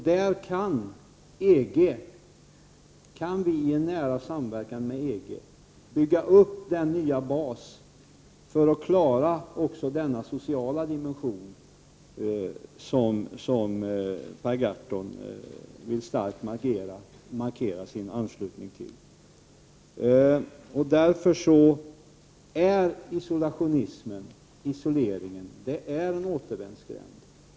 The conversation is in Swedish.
Vi kan i nära samverkan med EG bygga upp en ny bas för en politik i enlighet med den sociala syn som Per Gahrton starkt vill markera sin anslutning till. Isoleringen är en återvändsgränd.